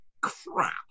crap